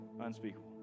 unspeakable